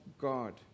God